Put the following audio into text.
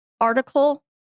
article